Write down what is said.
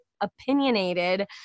opinionated